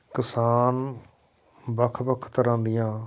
ਕਿਸਾਨ ਵੱਖ ਵੱਖ ਤਰ੍ਹਾਂ ਦੀਆਂ